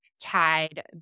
tied